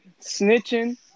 snitching